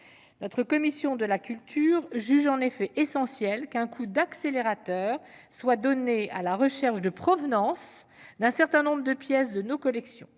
La commission de la culture juge en effet essentiel qu'un coup d'accélérateur soit donné à la recherche de provenance d'un certain nombre de pièces de nos collections.